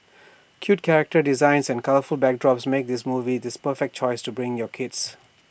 cute character designs and colourful backdrops make this movie this perfect choice to bring your kids